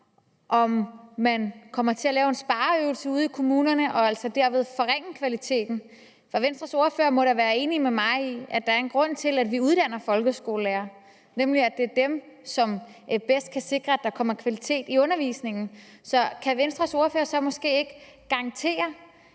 om man kommer til at lave en spareøvelse ude i kommunerne og altså derved forringe kvaliteten. Venstres ordfører må da være enig med mig i, at der er en grund til, at vi uddanner folkeskolelærere, nemlig at det er dem, som bedst kan sikre, at der kommer kvalitet i undervisningen. Så kan Venstres ordfører garantere,